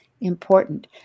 important